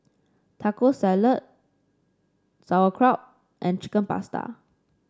Taco Salad Sauerkraut and Chicken Pasta